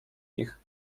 ich